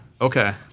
Okay